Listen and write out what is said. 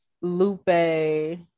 Lupe